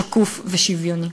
שקוף ושוויוני.